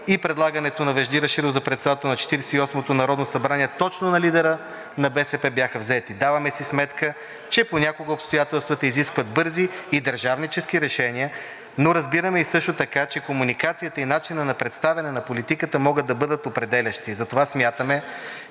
и предлагането на Вежди Рашидов за председател на Четиридесет и осмото народно събрание, точно от лидера на БСП, бяха взети. Даваме си сметка, че понякога обстоятелствата изискват бързи и държавнически решения, но разбираме и също така, че комуникацията и начинът на представяне в политиката могат да бъдат определящи. Затова смятаме,